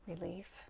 relief